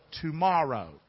tomorrow